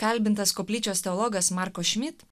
kalbintas koplyčios teologas marko šmit